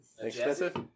Expensive